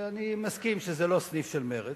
אני מסכים שזה לא סניף של מרצ,